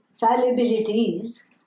fallibilities